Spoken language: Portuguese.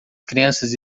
crianças